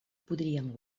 podríem